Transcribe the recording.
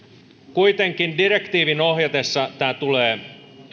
kuitenkin direktiivin ohjatessa tämä tulee